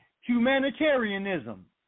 humanitarianism